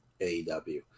AEW